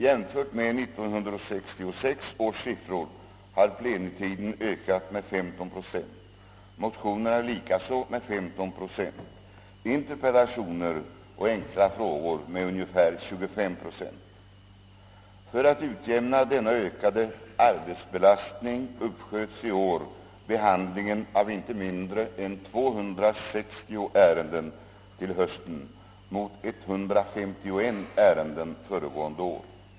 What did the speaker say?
Jämfört med 1966 års siffror har plenitiden ökat med 15 procent, motionerna likaså med 15 procent, interpellationer och enkla frågor med ungefär 25 procent. För att utjämna denna ökade arbetsbelastning uppsköts i år behandlingen av inte mindre än 260 ärenden till hösten mot 151 ärenden föregående år.